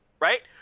right